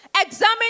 Examine